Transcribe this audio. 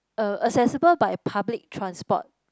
uh accessible by public transport